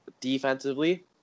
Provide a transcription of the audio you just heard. defensively